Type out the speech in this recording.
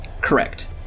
Correct